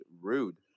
rude